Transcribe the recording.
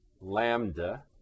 lambda